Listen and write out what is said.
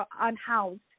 unhoused